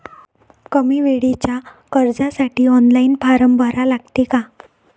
कमी वेळेच्या कर्जासाठी ऑनलाईन फारम भरा लागते का?